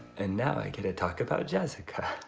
and now i get to talk about jessica,